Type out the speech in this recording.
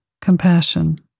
compassion